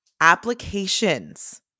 applications